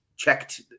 Checked